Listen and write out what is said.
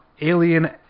alien